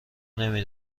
نمی